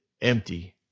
empty